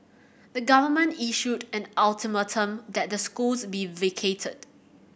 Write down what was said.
the government issued an ultimatum that the schools be vacated